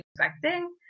expecting